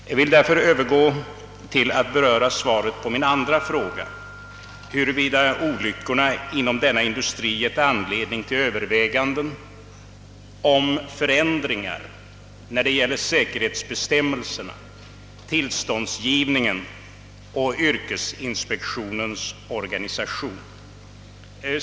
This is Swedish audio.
Jag vill därför övergå till att beröra svaret på min andra fråga, huruvida olyckorna inom denna industri givit anledning till överväganden om förändringar när det gäller säkerhetsbestämmelserna, tillståndsgivningen och yrkesinspektionens organisation.